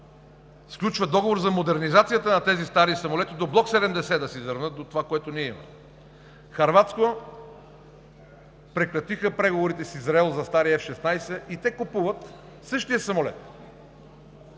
сключва договор за модернизацията на тези стари самолети до Block 70 да се изравнят до това, което ние имаме. Хърватска прекратиха преговорите с Израел за стария F-16 и те купуват същия самолет.